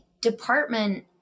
Department